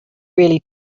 really